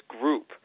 group